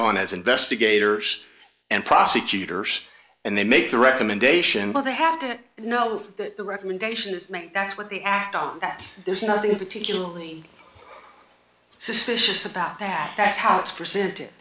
on as investigators and prosecutors and they make the recommendation but they have to know that the recommendation is made that's what they act on that there's nothing particularly suspicious about that that's how it's presented